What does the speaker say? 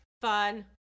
Fun